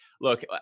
look